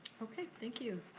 okay, thank you.